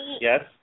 Yes